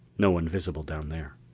no one visible down there.